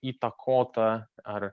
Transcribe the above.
įtakota ar